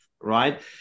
Right